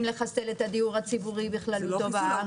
לחסל את הדיור הציבורי בכללותו בארץ,